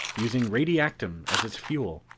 using radiactum as its fuel.